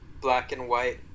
black-and-white